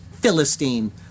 Philistine